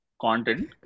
content